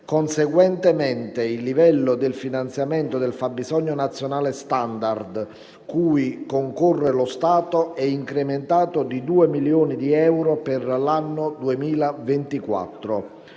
"Conseguentemente il livello del finanziamento del fabbisogno nazionale standard cui concorre lo Stato è incrementato di 2 milioni di euro per l'anno 2024.";